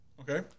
Okay